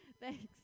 Thanks